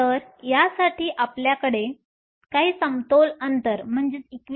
तर यासाठी आपल्याकडे काही समतोल अंतर असेल